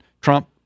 Trump